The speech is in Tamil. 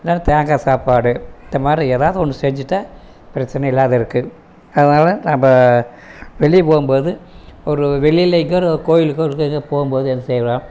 இல்லைன்னா தேங்காய் சாப்பாடு இந்தமாதிரி எதாவது ஒன்று செஞ்சிட்டால் பிரச்சனை இல்லாத இருக்கும் அதனால நம்ம வெளியே போகும்போது ஒரு வெளிலேயோ எங்கேயோ ஒரு கோவிலுக்கோ எங்கேயாவது போகும்போது என்ன செய்றோம்